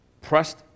pressed